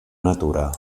natura